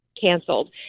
canceled